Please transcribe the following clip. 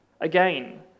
Again